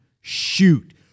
shoot